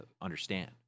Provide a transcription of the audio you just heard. understand